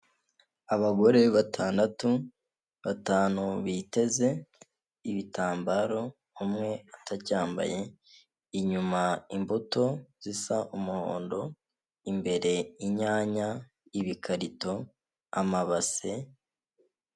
Abagore batandatu, batanu biteze ibitambaro umwe atacyambaye inyuma imbuto zisa umuhondo imbere inyanya, ibikarito, amabase.